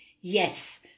yes